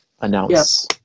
announce